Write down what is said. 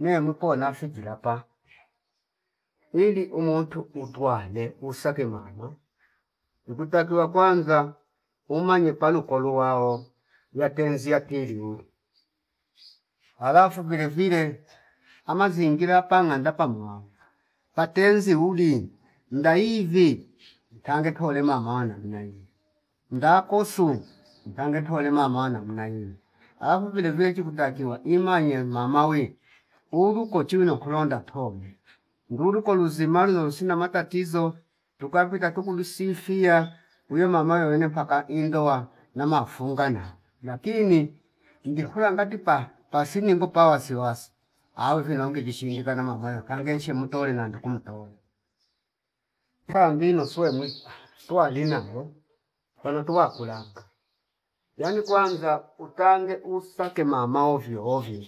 Nelu po lafiki lapa ili umuntu wutwale usake mama ukutakiwa kwanza umanye palu kolu wao yatenzi yatiriu alafu vile vile ama zingira panganda pamwao patenzi uli ndaivi ntange tole ma mwana mnai ndakosu ntange ntole mamwa namna hii alafu vile chiku takiwa imanye mama wii ulu ko chiwino kulonda tobi ndulu kulo zima nolu si na matatizo tukapita tukulu sifia wiyo mama yowene paka indoa nama fungana lakini ingikula ngati paa pasinimbo pawa siwasi awe vinongi jishindikana mama yopa nongeshe mutole nange kumtola. Twa mbino suwe muwesipa tuwali nalo pano tuwa kulanga yani kwanza utange ufsake mama hovyo hovyo